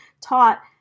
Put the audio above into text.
taught